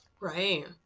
Right